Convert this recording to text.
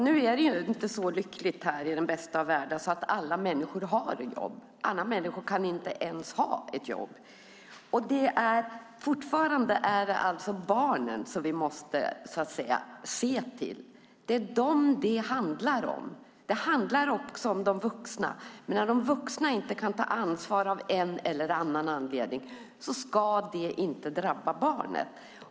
Herr talman! Nu är det inte så lyckligt så att alla människor har ett jobb. Alla människor kan inte ens ha ett jobb. Och fortfarande är det barnen som vi måste se till. Det är dem det handlar om. Det handlar också om de vuxna, men när de vuxna av en eller annan anledning inte kan ta ansvar ska det inte drabba barnen.